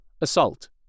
Assault